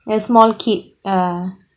a small kid ah